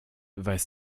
weiß